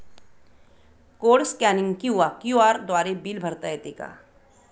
Code scanning किंवा QR द्वारे bill भरता येते का?